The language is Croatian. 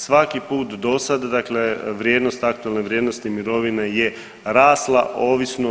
Svaki put dosad, dakle vrijednost, aktualne vrijednosti mirovine je rasla ovisno